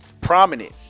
prominent